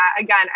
again